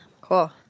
Cool